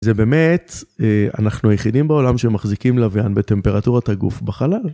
זה באמת, אנחנו היחידים בעולם שמחזיקים לוויין בטמפרטורת הגוף בחלל.